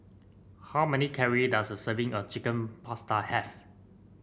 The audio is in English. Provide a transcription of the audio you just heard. how many calories does a serving of Chicken Pasta have